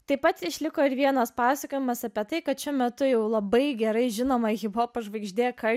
taip pat išliko ir vienas pasakojimas apie tai kad šiuo metu jau labai gerai žinoma hiphopo žvaigždė